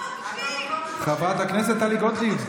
חברת הכנסת טלי גוטליב.